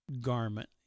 garment